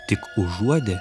tik užuodė